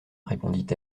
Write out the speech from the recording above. répondit